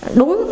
đúng